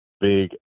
big